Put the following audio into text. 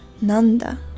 Nanda